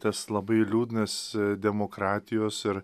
tas labai liūdnas demokratijos ir